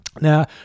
Now